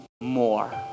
more